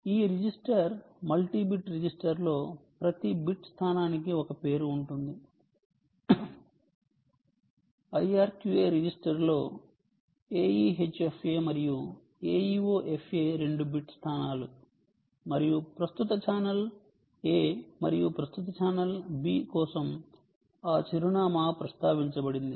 ఈ register multibit రిజిస్టర్లో ప్రతి బిట్ స్థానానికి ఒక పేరు ఉంటుంది IRQA రిజిస్టర్లో aehfa మరియు aeofa రెండు బిట్ స్థానాలు మరియు ప్రస్తుత ఛానెల్ ఎ మరియు ప్రస్తుత ఛానెల్ బి కోసం ఆ చిరునామా ప్రస్తావించబడింది